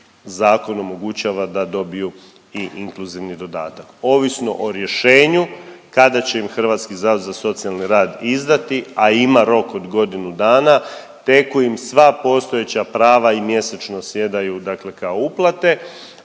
zakon omogućava da dobiju i inkluzivni dodatak, ovisno o rješenju kada će im Hrvatski zavod za socijalni rad izdati, a ima rok od godinu dana, teku im sva postojeća prava i mjesečno sjedaju dakle kao uplate,